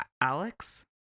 Alex